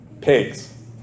pigs